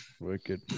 Wicked